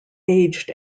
aged